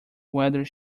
whether